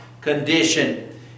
condition